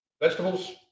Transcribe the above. vegetables